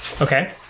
Okay